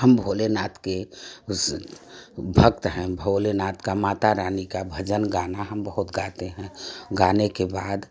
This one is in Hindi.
हम भोलेनाथ के भक्त हैँ भोलेनाथ का माता रानी का भजन गाना हम बहुत गाते हैँ गाने के बाद